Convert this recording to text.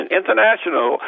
International